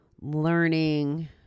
learning